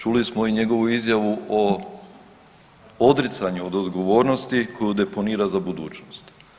Čuli smo i njegovu izjavu o odricanju od odgovornosti koju deponira za budućnost.